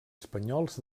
espanyols